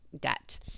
debt